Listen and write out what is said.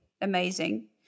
amazing